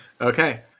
Okay